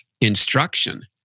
instruction